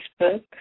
Facebook